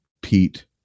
Pete